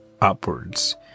upwards